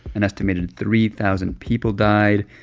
an estimated three thousand people died.